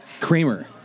Kramer